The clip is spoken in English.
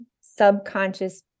subconscious